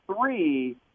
three